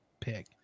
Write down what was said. pick